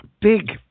Big